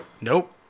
Nope